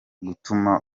gutuma